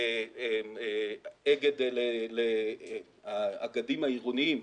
האגדים העירוניים